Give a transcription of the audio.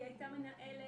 היא הייתה מנהלת,